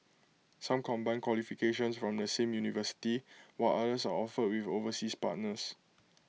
some combine qualifications from the same university while others are offered with overseas partners